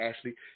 Ashley